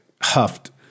huffed